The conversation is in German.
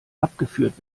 abgeführt